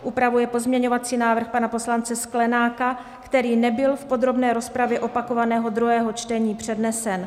Upravuje pozměňovací návrh pana poslance Sklenáka, který nebyl v podrobné rozpravě opakovaného druhého čtení přednesen.